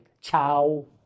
ciao